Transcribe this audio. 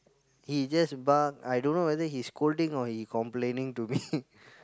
he just bark I don't know whether he scolding or he complaining to me